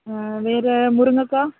வேறு முருங்கைக்கா